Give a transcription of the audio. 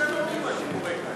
זה לא בתקנונים, מה שקורה כאן.